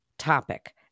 topic